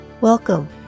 Welcome